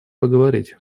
поговорить